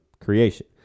creation